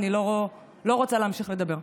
אני לא רוצה להמשיך לדבר.